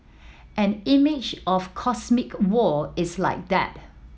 an image of cosmic war is like that